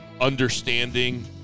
understanding